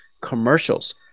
commercials